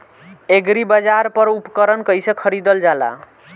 एग्रीबाजार पर उपकरण कइसे खरीदल जाला?